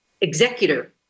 executor